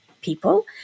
people